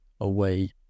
away